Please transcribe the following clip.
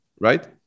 right